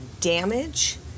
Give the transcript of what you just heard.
damage